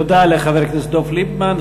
תודה לחבר הכנסת דב ליפמן.